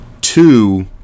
two